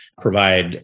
provide